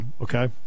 Okay